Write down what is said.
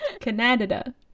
Canada